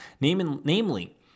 namely